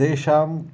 तेषां